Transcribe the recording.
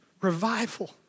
revival